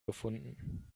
gefunden